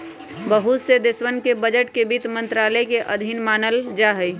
बहुत से देशवन के बजट के वित्त मन्त्रालय के अधीन मानल जाहई